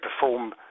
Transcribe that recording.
perform